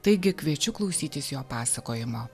taigi kviečiu klausytis jo pasakojimo